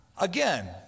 again